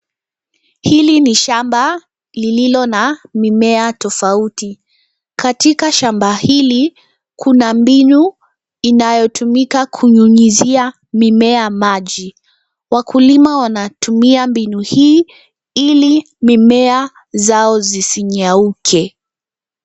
Hili ni shamba lenye aina mbalimbali za mimea. Kuna bomba la maji linalotumika kuzungushia maji kwa mimea ili kuwasaidia kukua vizuri. Wakulima hutumia mfumo huu wa maji kuhakikisha mimea inapata unyevu wa kutosha na hivyo kukua kwa afya.